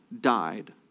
died